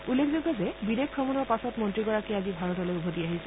উল্লেখযোগ্য যে বিদেশ ভ্ৰমণৰ পাছত মন্ত্ৰীগৰাকী আজি ভাৰতলৈ উভতি আহিছে